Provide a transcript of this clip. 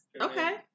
Okay